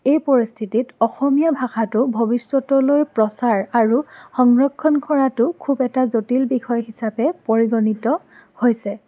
এই পৰিস্থিতিত অসমীয়া ভাষাটো ভৱিষ্যতলৈ প্ৰচাৰ আৰু সংৰক্ষণ কৰাটো খুব এটা জটিল বিষয় হিচাপে পৰিগণিত হৈছে